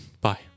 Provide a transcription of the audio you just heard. Bye